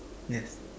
yes